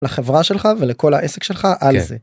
לחברה שלך ולכל העסק שלך. כן, על זה.